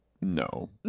No